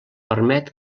permet